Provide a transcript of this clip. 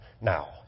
now